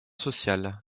sociale